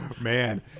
Man